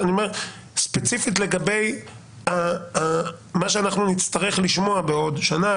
אני אומר ספציפית לגבי מה שאנחנו נצטרך לשמוע בעוד שנה,